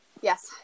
yes